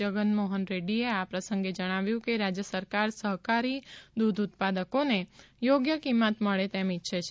જગમોહન રેડ્ડીએ આ પ્રસંગે જણાવ્યું કે રાજ્ય સરકાર સહકારી દૂધ ઉત્પાદકોને યોગ્યકિંમત મળે તેમ ઇચ્છે છે